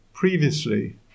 previously